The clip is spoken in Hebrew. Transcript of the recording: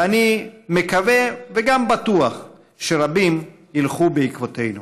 ואני מקווה, וגם בטוח, שרבים ילכו בעקבותינו.